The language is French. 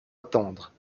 attendre